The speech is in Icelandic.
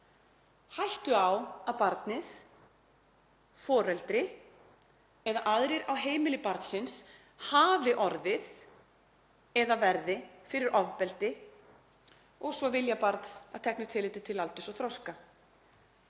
hættu á að barnið, foreldri eða aðrir á heimili barnsins hafi orðið eða verði fyrir ofbeldi og vilja barns að teknu tilliti til aldurs og þroska.“